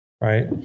Right